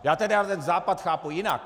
Já teda ten Západ chápu jinak.